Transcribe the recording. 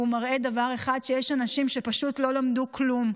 והוא מראה דבר אחד, שיש אנשים שפשוט לא למדו כלום.